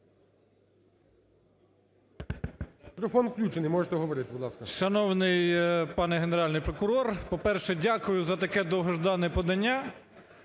Мікрофон включений, можете говорити, будь ласка.